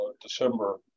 December